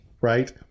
right